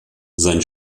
sein